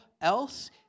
else